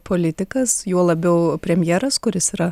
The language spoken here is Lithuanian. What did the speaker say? politikas juo labiau premjeras kuris yra